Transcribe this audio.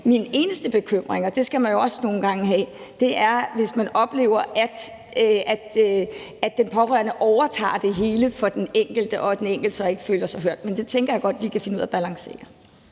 Min eneste bekymring, og det skal man jo også nogle gange have, er, hvis man oplever, at den pårørende overtager det hele for den enkelte, og den enkelte så ikke føler sig hørt, men det tænker jeg godt at vi kan finde ud af at balancere.